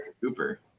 cooper